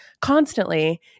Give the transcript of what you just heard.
constantly